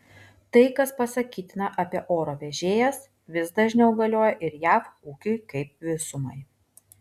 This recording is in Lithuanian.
tai kas pasakytina apie oro vežėjas vis dažniau galioja ir jav ūkiui kaip visumai